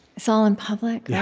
it's all in public. yeah